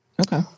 Okay